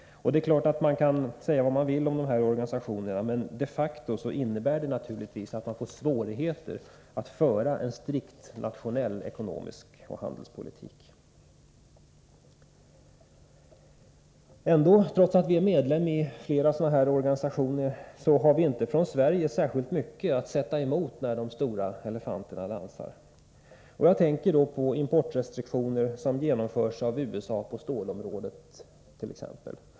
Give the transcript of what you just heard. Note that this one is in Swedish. Man kan säga vad man vill om dessa organisationer, men de facto innebär medlemskapet naturligtvis att man får svårigheter att föra en strikt internationell ekonomisk politik och handelspolitik. Trots att vi är medlem i flera sådana här organisationer har vi inte från Sverige mycket att sätta emot när de stora elefanterna dansar. Jag tänker på exportrestriktioner som genomförs av USA på t.ex. stålområdet.